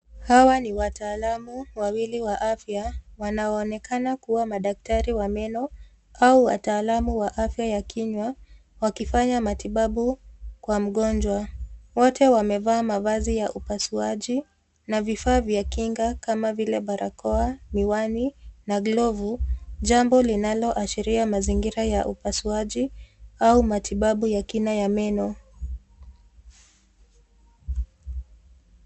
Hawa ni wataalamu wawili wa afya wanaoonekana kuwa madaktari wa meno au wataalamu wa afya ya kinywa wakifanya matibabu kwa mgonjwa. Wote wamevaa mavazi ya upasuaji na vifaa vya kinga kama vile barakoa, miwani na glavu, jambo linaloashiria mazingira ya upasuaji au matibabu ya kina ya meno.